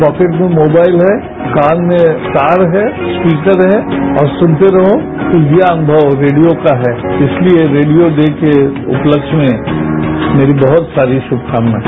packet में mobile है car में तार है स्पीकर है और सुनते रहो और ये अनुभव रेडियो का है इसलिए श्रेडियो डेश के उपलक्ष्य में मेरी बहुत सारी श्भकामनाएं